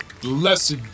blessed